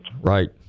Right